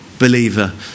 believer